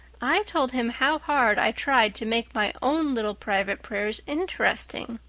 i told him how hard i tried to make my own little private prayers interesting.